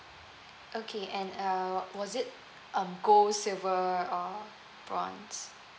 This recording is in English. okay and uh was it um gold silver or bronze